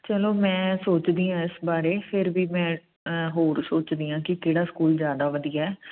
ਚਲੋ ਮੈਂ ਸੋਚਦੀ ਆ ਇਸ ਬਾਰੇ ਫਿਰ ਵੀ ਮੈਂ ਹੋਰ ਸੋਚਦੀ ਹਾਂ ਕਿ ਕਿਹੜਾ ਸਕੂਲ ਜ਼ਿਆਦਾ ਵਧੀਆ